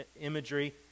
imagery